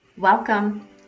Welcome